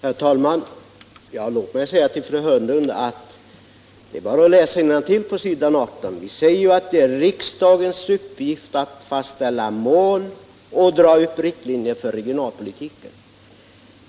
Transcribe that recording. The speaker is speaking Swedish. Herr talman! Låt mig säga till fru Hörnlund att det bara är att läsa innantill på s. 18, där vi säger att det är riksdagens uppgift att fastställa mål och dra upp riktlinjer för regionalpolitiken.